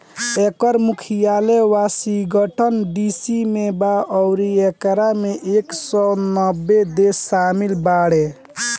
एकर मुख्यालय Washington DC में बा अउरी एकरा में एक सौ नब्बे देश शामिल बाटे